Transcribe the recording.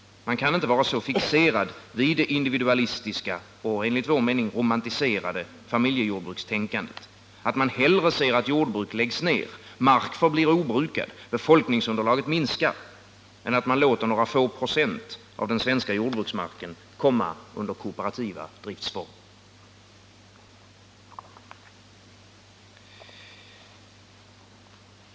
Man kan inte vara så fixerad vid det individualistiska och enligt min mening romantiserade familjejordbrukstänkandet, att man hellre ser att jordbruk läggs ner, mark förblir obrukad och befolkningsunderlaget minskar än att man låter några få procent av den svenska jordbruksmarken komma under kooperativa driftsformer.